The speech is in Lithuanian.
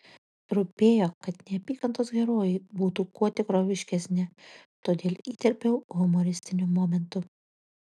rūpėjo kad neapykantos herojai būtų kuo tikroviškesni todėl įterpiau humoristinių momentų